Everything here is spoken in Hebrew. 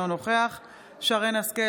אינו נוכח שרן מרים השכל,